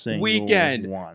weekend